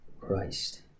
Christ